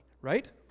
right